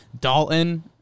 Dalton